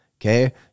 okay